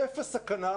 אפס סכנה,